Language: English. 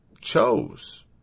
chose